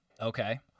Okay